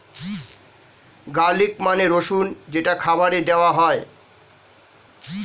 garlic মানে রসুন যেটা খাবারে দেওয়া হয়